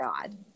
God